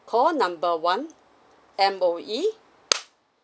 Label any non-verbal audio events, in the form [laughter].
call number one M_O_E [noise]